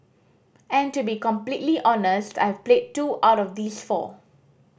and to be completely honest I have played two out of these four